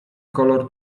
kolor